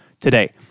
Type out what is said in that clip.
today